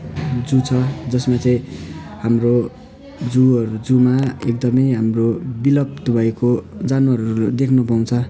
जू छ जसमा चाहिँ हाम्रो जूहरू जूमा एकदमै हाम्रो विलुप्त भएको जानवरहरू देख्नु पाउँछ